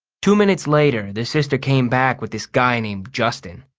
two minutes later the sister came back with this guy named justin.